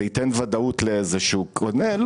זה ייתן ודאות לאיזה הוא קונה?